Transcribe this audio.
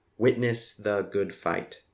witnessthegoodfight